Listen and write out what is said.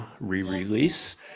re-release